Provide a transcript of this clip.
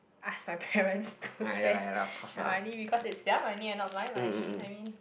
ask my parents to spend my money because it's their money not my money I mean